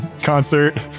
concert